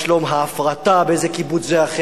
מה שלום ההפרטה, באיזה קיבוץ, זה או אחר,